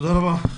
תודה רבה.